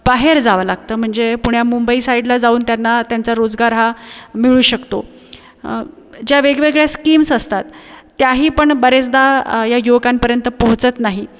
बाहेर जावं लागतं म्हणजे पुण्या मुंबई साइडला जाऊन त्यांना त्यांचा रोजगार हा मिळू शकतो ज्या वेगवेगळ्या स्कीम्स असतात त्याही पण बरेचदा या युवकांपर्यंत पोहोचत नाही